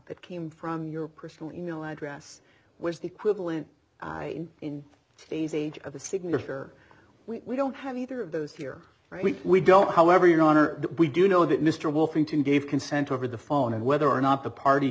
that came from your personal email address was the equivalent i in today's age of a signature we don't have either of those here we we don't however your honor we do know that mr wolfing to gave consent over the phone and whether or not the party